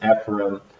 Ephraim